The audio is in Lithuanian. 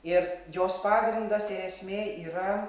ir jos pagrindas ir esmė yra